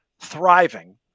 thriving